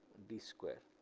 d square